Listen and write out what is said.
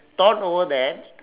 thought over that